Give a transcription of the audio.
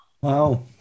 Wow